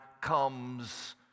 comes